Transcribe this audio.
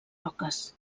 roques